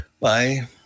Bye